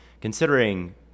considering